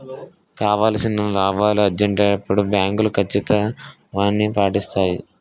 కావాల్సిన లాభాలు ఆర్జించేటప్పుడు బ్యాంకులు కచ్చితత్వాన్ని పాటిస్తాయి